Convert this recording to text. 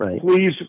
Please